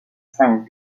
cinq